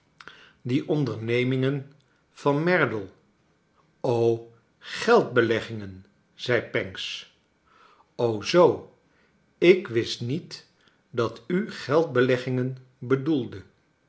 die ondernemingen van merdle geldbeleggingen i zei pancks zoo ik wist niet dat u geldbeleggingen bedoelde